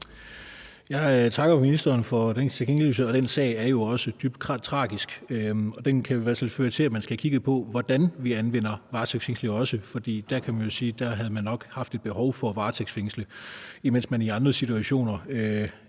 Jeg takker ministeren for den tilkendegivelse. Den sag er jo også dybt tragisk, og den kan i hvert fald føre til, at man skal have kigget på, hvordan vi anvender varetægtsfængsling, for der kan man sige, at man nok havde haft et behov for at varetægtsfængsle, mens man i andre situationer